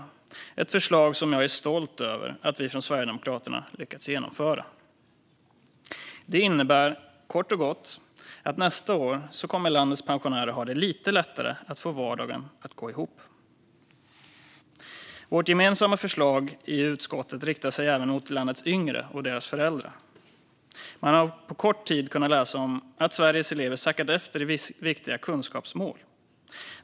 Det är ett förslag som jag är stolt över att vi från Sverigedemokraterna har lyckats genomföra. Det innebär kort och gott att landets pensionärer nästa år kommer att ha det lite lättare att få vardagen att gå ihop. Vårt gemensamma förslag i utskottet riktas även till landets yngre och deras föräldrar. Man har på kort tid kunnat läsa om att Sveriges elever har sackat efter i fråga om viktiga kunskapsmål.